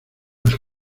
las